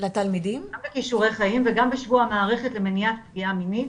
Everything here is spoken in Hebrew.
גם בכישורי חיים וגם בשבוע מערכת למניעת פגיעה מינית,